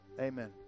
amen